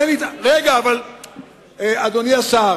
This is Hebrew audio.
אדוני השר,